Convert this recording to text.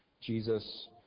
Jesus